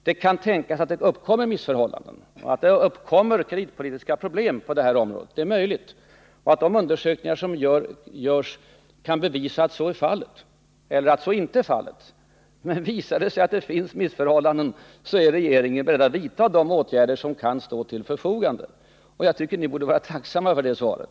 Det kan tänkas att det uppstår missförhållanden och kreditpolitiska problem på det här området och att de undersökningar som görs kan bevisa att så är fallet — det kan också tänkas att undersökningarna bevisar att så inte är fallet. Visar det sig att det råder missförhållanden, så är regeringen beredd att vidta de åtgärder som kan stå till förfogande, och jag tycker att ni borde vara tacksamma över det svaret.